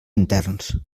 interns